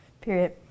Period